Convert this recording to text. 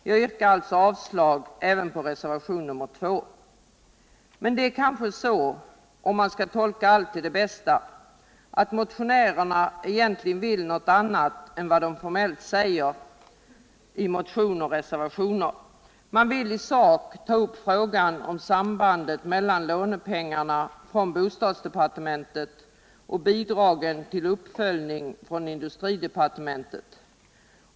Mcn det är kanske så — om man skall försöka tolka allt till det bästa — att motionärerna egentligen vill någonting annat än vad de formellt säger i sina motioner och reservationer, nämligen i sak ta upp frågan om sambandet mellan lånepengarna från bostadsdepartementet och bidragen från industridepartementet till uppföljningen.